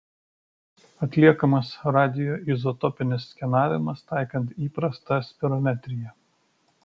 atliekamas radioizotopinis skenavimas taikant įprastą spirometriją